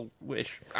wish